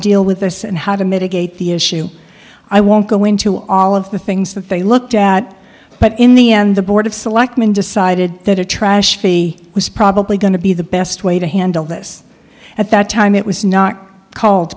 deal with this and how to mitigate the issue i won't go into all of the things that they looked at but in the end the board of selectmen decided that a trash b was probably going to be the best way to handle this at that time it was not called